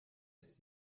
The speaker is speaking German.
ist